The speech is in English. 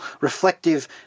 reflective